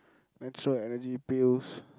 natural Energy Pills